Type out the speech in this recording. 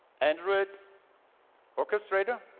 android orchestrater